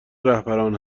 رهبران